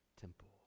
temple